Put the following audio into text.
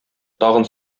тагын